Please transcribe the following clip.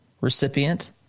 recipient